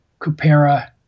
cupera